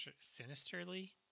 sinisterly